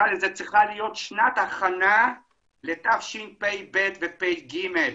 צריכה להיות שנת הכנה לתשפ"ב ותשפ"ג.